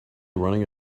running